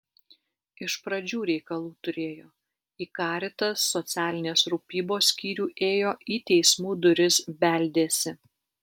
iš pradžių reikalų turėjo į caritas socialinės rūpybos skyrių ėjo į teismų duris beldėsi